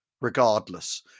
regardless